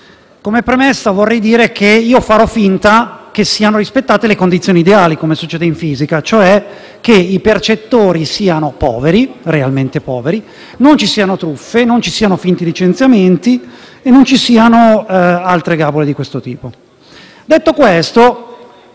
Come premessa vorrei dire che farò finta che siano rispettate le condizioni ideali, come succede in fisica e, cioè, che i percettori siano realmente poveri, non ci siano truffe, finti licenziamenti e altre gabole di questo tipo. *(Commenti